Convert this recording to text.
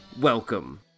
welcome